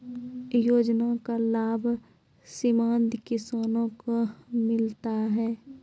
योजना का लाभ सीमांत किसानों को मिलता हैं?